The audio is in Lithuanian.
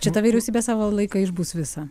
šita vyriausybė savo laiką išbus visą